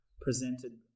presented